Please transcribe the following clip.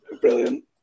Brilliant